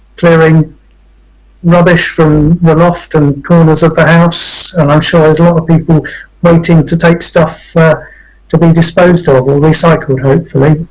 clearing rubbish from the loft and corners of the house and i'm sure there's a lot of people waiting to take stuff to be disposed of, or recycled hopefully,